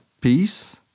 peace